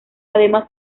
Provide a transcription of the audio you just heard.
además